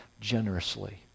generously